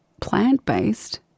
plant-based